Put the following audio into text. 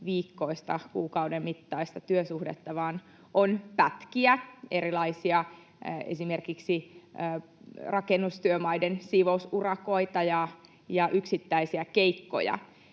kokoviikkoista, kuukauden mittaista työsuhdetta, vaan on erilaisia pätkiä, esimerkiksi rakennustyömaiden siivousurakoita ja yksittäisiä keikkoja.